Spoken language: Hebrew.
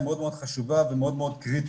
היא מאוד מאוד חשובה ומאוד מאוד קריטית,